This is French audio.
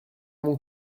mon